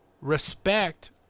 respect